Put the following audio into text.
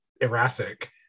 erratic